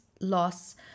loss